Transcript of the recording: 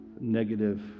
Negative